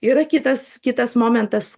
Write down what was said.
yra kitas kitas momentas